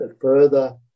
further